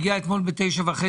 הוא הגיע אתמול ב-21:30.